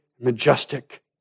majestic